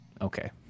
Okay